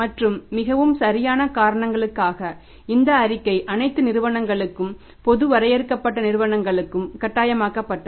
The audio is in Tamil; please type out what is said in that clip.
மற்றும் மிகவும் சரியான காரணங்களுக்காக இந்த அறிக்கை அனைத்து நிறுவனங்களுக்கும் பொது வரையறுக்கப்பட்ட நிறுவனங்களுக்கு கட்டாயமாக்கப்பட்டது